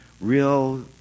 real